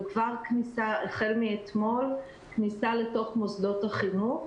וכבר החל מאתמול כניסה לתוך מוסדות החינוך.